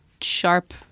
sharp